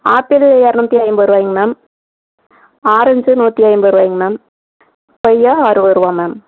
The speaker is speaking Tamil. ஆப்பிள் இரநூத்தி ஐம்பது ரூவாய்ங்க மேம் ஆரஞ்சு நூற்றி ஐம்பது ரூவாய்ங்க மேம் கொய்யா அறுபதுரூவா மேம்